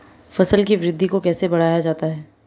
फसल की वृद्धि को कैसे बढ़ाया जाता हैं?